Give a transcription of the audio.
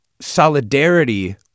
solidarity